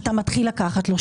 אתה מתחיל לקחת לו.